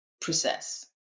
process